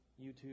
YouTube